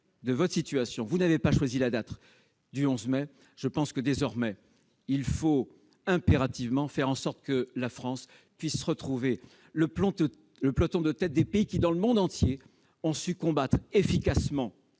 de votre situation- vous n'avez pas choisi la date du 11 mai -, je pense qu'il faut impérativement, désormais, faire en sorte que la France puisse retrouver le peloton de tête des pays qui, dans le monde entier, ont su combattre efficacement